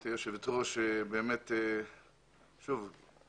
גברתי היושבת-ראש, אני